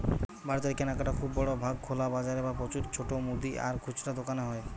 ভারতের কেনাকাটা খুব বড় ভাগ খোলা বাজারে বা প্রচুর ছোট মুদি আর খুচরা দোকানে হয়